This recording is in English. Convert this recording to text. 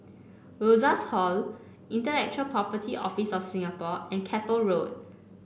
Rosas Hall Intellectual Property Office of Singapore and Keppel Road